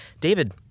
David